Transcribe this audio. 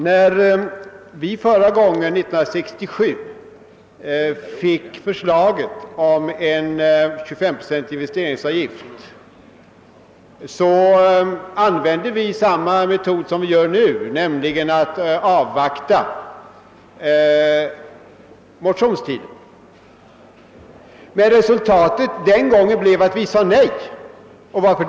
När vi förra gången, år 1967, fick förslaget om en 25-procentig investeringsavgift använde vi samma metod som nu, nämligen att avvakta motionstiden. Men resultatet den gången blev att vi sade nej och varför?